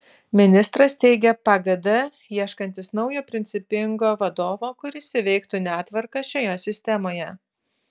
ministras teigia pagd ieškantis naujo principingo vadovo kuris įveiktų netvarką šioje sistemoje